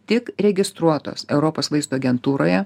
tik registruotos europos vaistų agentūroje